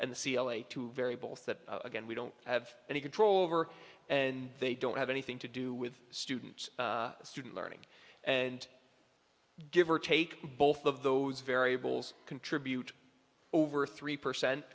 a two variables that again we don't have any control over and they don't have anything to do with students student learning and give or take both of those variables contribute over three percent